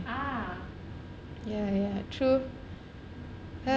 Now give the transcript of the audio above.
ah ya ya true